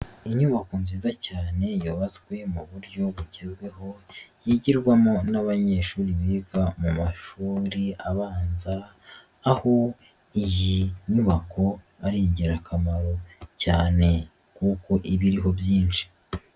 Inyubako nziza cyane yutswe mu buryo bugezweho, yigirwamo n'abanyeshuri biga mu mashuri abanza, aho iyi nyubako ari ingirakamaro cyane kuko ibiriho byinshi.